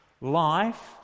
Life